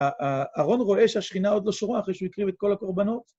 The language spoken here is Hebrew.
‫אהרון רואה שהשכינה עוד לא שורה ‫אחרי שהוא הקריב את כל הקורבנות?